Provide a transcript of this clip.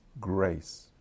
grace